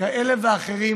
כאלה ואחרים,